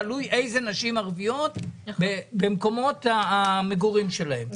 תלוי איזה נשים ערביות ומקומות המגורים שלהן.